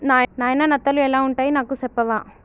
నాయిన నత్తలు ఎలా వుంటాయి నాకు సెప్పవా